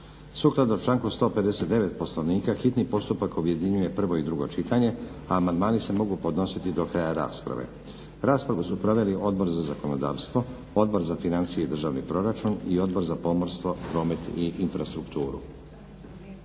Sukladno članku 159. Poslovnika hitni postupak objedinjuje prvo i drugo čitanje. Amandmani se mogu podnositi do kraja rasprave. Raspravu su proveli Odbor za zakonodavstvo, Odbor za financije i državni proračun i Odbor za pomorstvo, promet i infrastrukturu.